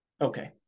Okay